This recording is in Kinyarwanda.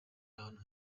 ahantu